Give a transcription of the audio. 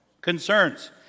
concerns